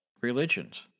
religions